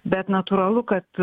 bet natūralu kad